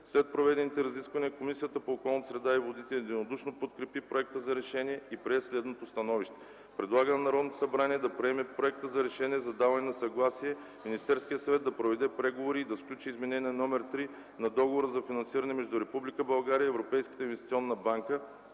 След проведените разисквания, Комисията по околната среда и водите единодушно подкрепи проекта за решение и прие следното становище: Предлага на Народното събрание да приеме Проекта за решение за даване на съгласие Министерският съвет да проведе преговори и да сключи Изменение № 3 на Договора за финансиране между Република България и Европейската инвестиционна банка